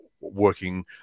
working